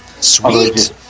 Sweet